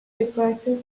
differences